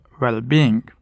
well-being